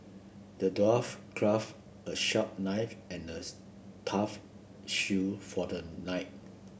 the dwarf craft a sharp knight and a tough shield for the knight